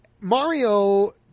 Mario